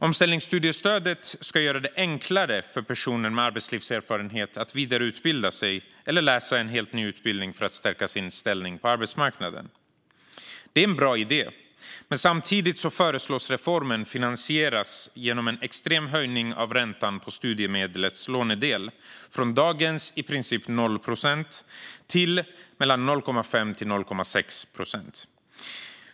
Omställningsstudiestödet ska göra det enklare för personer med arbetslivserfarenhet att vidareutbilda sig eller läsa en helt ny utbildning för att stärka sin ställning på arbetsmarknaden. Det är en bra idé, men samtidigt föreslår man att reformen finansieras genom en extrem höjning av räntan på studiemedlets lånedel, från dagens i princip noll procent till 0,5-0,6 procent.